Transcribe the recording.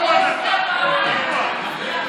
הוא הצביע פעמיים.